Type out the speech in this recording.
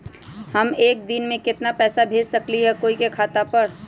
हम एक दिन में केतना पैसा भेज सकली ह कोई के खाता पर?